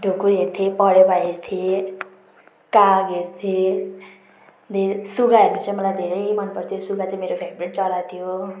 ढुक्कुर हेर्थेँ परेवा हेर्थेँ काग हेर्थेँ धेर सुगाहरू चाहिँ मलाई धेरै मनपर्थ्यो त्यो सुगा चाहिँ मेरो फेभरेट चरा थियो